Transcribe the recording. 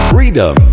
Freedom